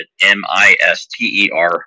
M-I-S-T-E-R